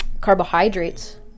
carbohydrates